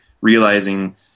realizing